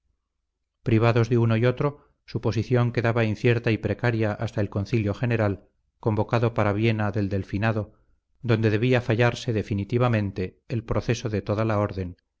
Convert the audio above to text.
privados de uno y otro su posición quedaba incierta y precaria hasta el concilio general convocado para viena del delfinado donde debía fallarse definitivamente el proceso de toda la orden